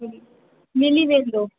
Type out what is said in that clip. मिली वेंदो